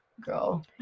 Girl